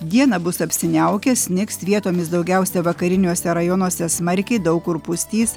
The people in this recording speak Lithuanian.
dieną bus apsiniaukę snigs vietomis daugiausia vakariniuose rajonuose smarkiai daug kur pustys